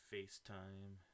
FaceTime